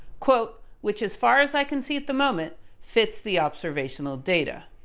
which as far as i can see at the moment fits the observational data.